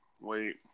wait